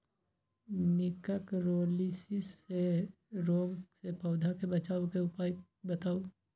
निककरोलीसिस रोग से पौधा के बचाव के उपाय बताऊ?